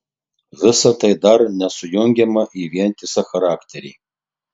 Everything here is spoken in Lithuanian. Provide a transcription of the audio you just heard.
visa tai dar nesujungiama į vientisą charakterį